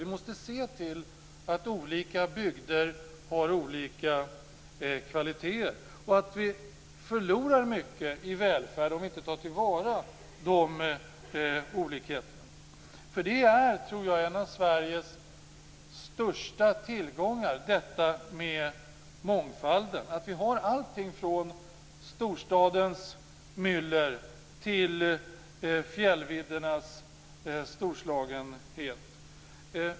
Vi måste tänka på att olika bygder har olika kvaliteter och att vi förlorar mycket i välfärd om vi inte tar till vara de olikheterna. Jag tror nämligen att mångfalden är en av Sveriges största tillgångar. Vi har allting från storstadens myller till fjällviddernas storslagenhet.